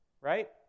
right